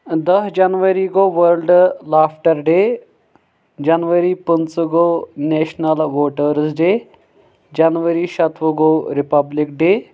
داہ جنوری گوٚو ورلڑ لافٹر ڈے جنوری پٕنٛژٕہ گوو نیٚشنل ووٹرٕز ڈے جنوری شیٚتہٕ وُہ رِپبلِک ڈے